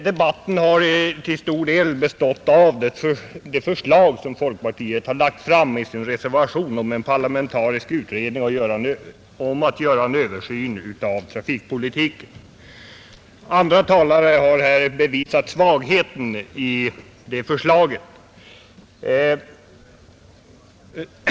Debatten har till stor del bestått av en diskussion kring det förslag som folkpartiet framfört i sin reservation om en parlamentarisk utredning och om en översyn av trafikpolitiken. Flera talare har här bevisat svagheten i förslaget.